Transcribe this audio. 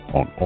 on